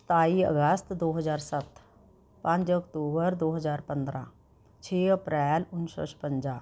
ਸਤਾਈ ਅਗਸਤ ਦੋ ਹਜ਼ਾਰ ਸੱਤ ਪੰਜ ਅਕਤੂਬਰ ਦੋ ਹਜ਼ਾਰ ਪੰਦਰਾਂ ਛੇ ਅਪ੍ਰੈਲ ਉੱਨੀ ਸੌ ਛਪੰਜਾ